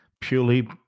purely